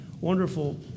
wonderful